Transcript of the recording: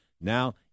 now